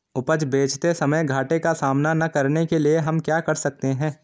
उपज बेचते समय घाटे का सामना न करने के लिए हम क्या कर सकते हैं?